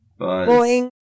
Boing